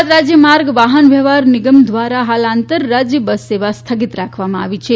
ગુજરાત રાજ્યમાર્ગ વાહનવ્યવહાર નિગમ દ્વારા હાલ આંતરરાજ્ય બસ સેવા સ્થગિત રાખવામાં આવી છે